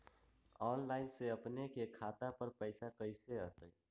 Online से अपने के खाता पर पैसा आ तई?